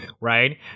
right